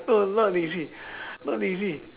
no not lazy not lazy